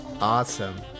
awesome